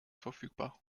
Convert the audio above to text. verfügbar